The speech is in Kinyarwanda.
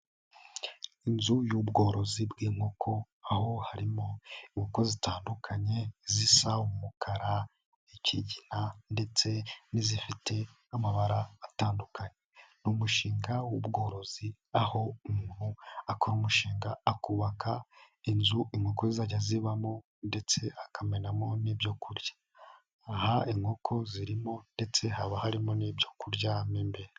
Inzu y'ubworozi bw'inkoko aho harimo inkoko zitandukanye zisa umukara, ikigina ndetse n'izifite n'amabara atandukanye. Ni umushinga w'ubworozi aho umuntu akora umushinga akubaka inzu inkoko zizajya zibamo ndetse akamenamo n'ibyo kurya, aha inkoko zirimo ndetse haba harimo n'ibyo kurya mo imbere.